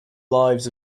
lives